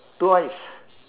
twice